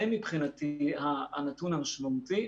זה מבחינתי הנתון המשמעותי.